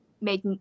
make